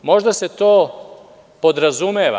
Možda se to podrazumeva.